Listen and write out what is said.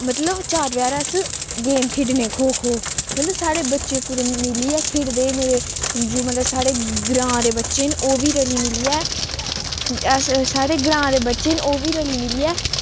मतलब चार बजे हारै अस गेम खेढने खो खो मतलब सारे बच्चे पूरे मिलियै खेढदे मेरे जो मतलब साढ़े ग्रांऽ दे बच्चे न ओह् बी रली मिलियै अस साढ़े ग्रांऽ दे बच्चे न ओह् बी रली मिलियै